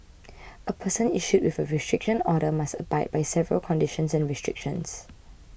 a person issued with a restriction order must abide by several conditions and restrictions